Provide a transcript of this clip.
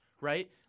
right